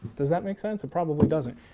does that make sense? it probably doesn't,